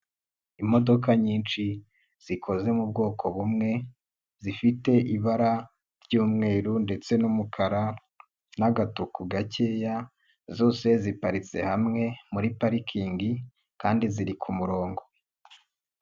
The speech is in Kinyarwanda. Imodoka nyinshi zikoze mu bwoko bumwe zifite ibara ry'umweru ndetse n'umukara n'agatuku gakeya, zose ziparitse hamwe muri parikingi kandi ziri ku ku murongo.